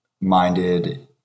minded